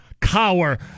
Cower